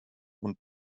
und